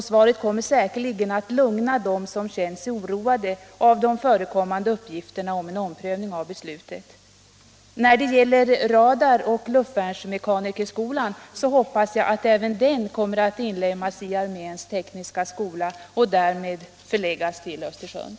Svaret kommer säkerligen att lugna dem som känt sig oroade av de förekommande uppgifterna om en omprövning av beslutet. När det gäller radaroch luftvärnsmekanikerskolan hoppas jag att även den kommer att inlemmas i arméns tekniska skola och därmed förläggas till Östersund.